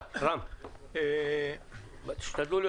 רם בן ברק (יש עתיד תל"ם): אני